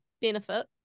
benefit